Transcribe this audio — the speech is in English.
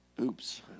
Oops